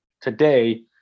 today